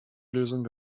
lösung